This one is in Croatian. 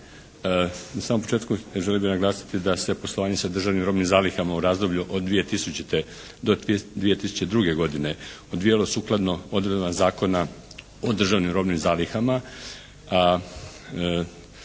Na samom početku želio bih naglasiti da se poslovanje sa državnim robnim zalihama u razdoblju od 2000. do 2002. godine odvijalo sukladno odredbama Zakona o državnim robnim zalihama.